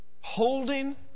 holding